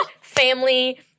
family